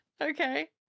Okay